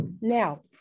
Now